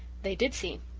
they did see.